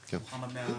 שלומך?